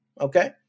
Okay